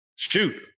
Shoot